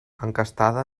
encastada